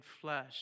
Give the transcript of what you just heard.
flesh